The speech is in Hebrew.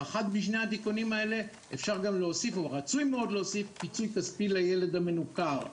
באחד משני התיקונים האלה רצוי להוסיף פיצוי כספי לילד המנוכר.